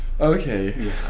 Okay